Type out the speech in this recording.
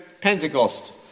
Pentecost